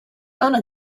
honor